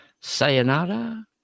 sayonara